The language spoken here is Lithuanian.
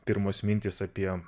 pirmos mintys apie